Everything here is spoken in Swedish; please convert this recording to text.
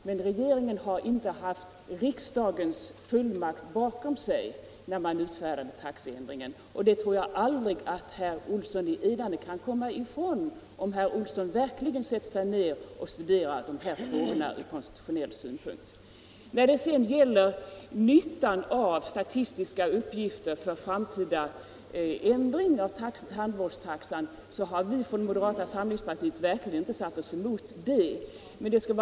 Men regeringen har inte haft riksdagens fullmakt bakom sig när den utfärdade taxeändringen. Det tror jag aldrig att herr Olsson i Edane kan komma ifrån om herr Olsson verkligen sätter sig ner och studerar de här frågorna från konstitutionell synpunkt. När det sedan gäller nyttan av statistiska uppgifter för framtida ändring i tandvårdstaxan har vi inom moderata samlingspartiet inte satt oss emot den saken.